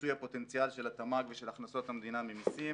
אי-מיצוי הפוטנציאל של התמ"ג ושל הכנסות המדינה ממיסים,